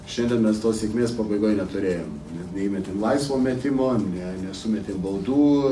šiandien mes tos sėkmės pabaigoj neturėjom neįmetėm laisvo metimo ne nesumetėm baudų